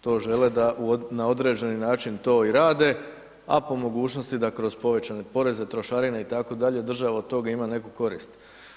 to žele da na određeni način to i rade, a po mogućnosti da kroz povećane poreze, trošarine itd., država od toga ima neku korist.